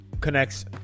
connects